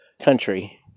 country